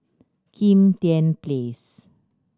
Kim Tian Place